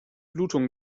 blutung